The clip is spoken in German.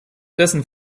dessen